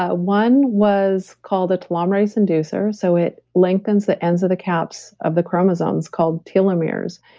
ah one was called a telomerase inducer, so it lengthens the ends of the caps of the chromosomes called telomeres.